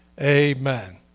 Amen